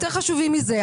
יותר חשובים מזה?